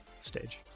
stage